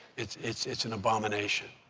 it's it's it's an abomination.